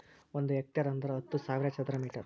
ಒಂದ್ ಹೆಕ್ಟೇರ್ ಅಂದರ ಹತ್ತು ಸಾವಿರ ಚದರ ಮೀಟರ್